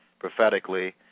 prophetically